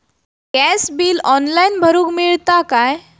Gas bill online भरुक मिळता काय?